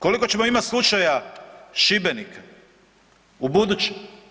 Koliko ćemo imati slučaja Šibenika ubuduće?